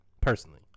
personally